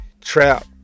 trap